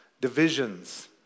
Divisions